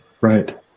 Right